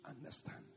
understand